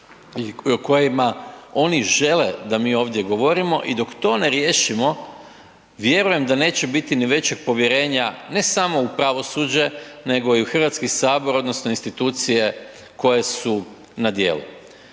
i o kojima oni žele da mi ovdje govorimo. I dok to ne riješimo vjerujem da neće biti ni većeg povjerenja ne samo u pravosuđe nego i u Hrvatski sabor odnosno institucije koje su na djelu.